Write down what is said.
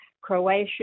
Croatia